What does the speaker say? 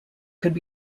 could